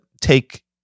take